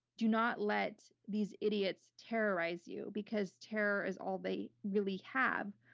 do not let these idiots terrorize you because terror is all they really have.